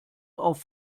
auf